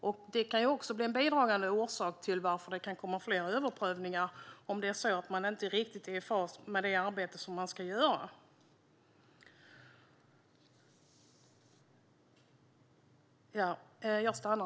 Om det är så att man inte riktigt är i fas med det arbete som man ska göra kan ju även detta bli en bidragande orsak till varför det kan komma fler överprövningar.